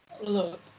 Look